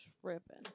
tripping